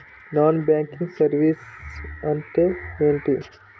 Non banking services అంటే ఎంటి?